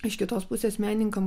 iš kitos pusės menininkam